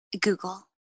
Google